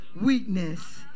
weakness